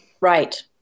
Right